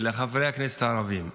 לחברי הכנסת הערבים.